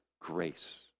grace